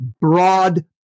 broad